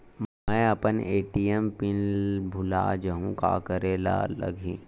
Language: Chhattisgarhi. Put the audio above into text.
मैं अपन ए.टी.एम पिन भुला जहु का करे ला लगही?